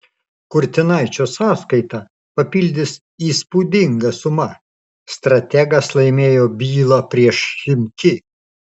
kurtinaičio sąskaitą papildys įspūdinga suma strategas laimėjo bylą prieš chimki